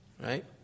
right